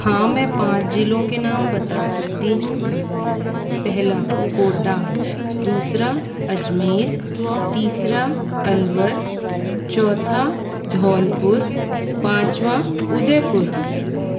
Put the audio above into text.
हाँ मैं पांच ज़िलों के नाम बता सकती हूँ पहला कोटा दूसरा अजमेर तीसरा अलवर चौथा धौलपुर पाँचवा उदयपुर